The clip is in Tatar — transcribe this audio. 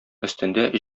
өстендә